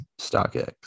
StockX